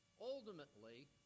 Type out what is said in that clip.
ultimately